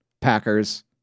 Packers